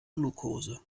glukose